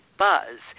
buzz